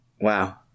Wow